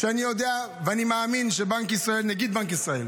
אני יודע ואני מאמין שנגיד בנק ישראל